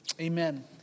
Amen